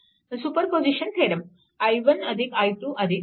तर superposition theorem i1 i2 i3